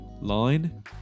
line